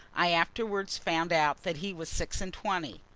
i afterwards found out that he was six-and-twenty.